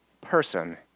person